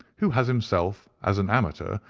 who has himself, as an amateur,